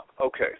Okay